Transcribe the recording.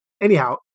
anyhow